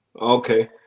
Okay